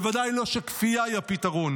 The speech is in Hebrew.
בוודאי לא שכפייה היא הפתרון.